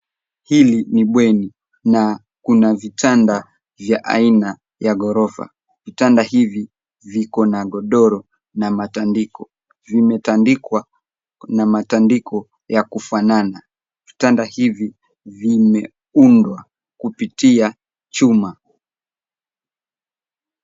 Hili ni bweni na kuna vitanda vya aina ya ghorofa. Vitanda hivi viko na magodoro na matandiko. Vimetandikwa na matandiko ya kufanana. Vitanda hivi vimeundwa kupitia chuma.